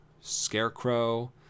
Scarecrow